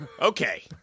Okay